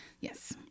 Yes